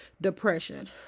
depression